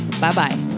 Bye-bye